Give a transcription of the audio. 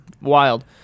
wild